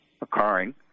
occurring